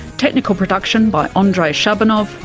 technical production by um andrei shabunov,